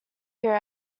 hear